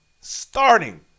starting